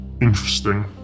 interesting